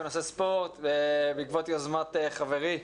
בנושא ספורט בעקבות יוזמת חברי,